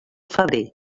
febrer